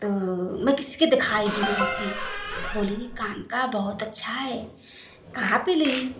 तो मैं किसी को दिखाई भी नहीं थी बोली कान का बहुत अच्छा है कहाँ पर ली